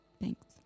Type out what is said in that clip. thanks